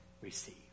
receive